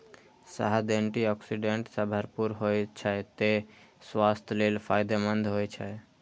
शहद antioxidant सं भरपूर होइ छै, तें स्वास्थ्य लेल फायदेमंद होइ छै